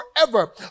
forever